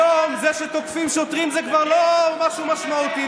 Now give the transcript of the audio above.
היום כשתוקפים שוטרים זה כבר לא משהו משמעותי,